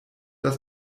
das